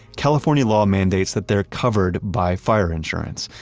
california law mandates that they are covered by fire insurance,